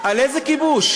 על איזה כיבוש?